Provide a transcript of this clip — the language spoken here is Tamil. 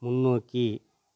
முன்னோக்கி